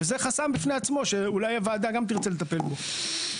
זה חסם בפני עצמו שאולי הוועדה גם תרצה לטפל בו.